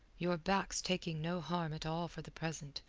your back's taking no harm at all for the present,